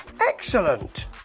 Excellent